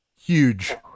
Huge